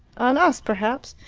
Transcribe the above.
on us, perhaps.